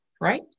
right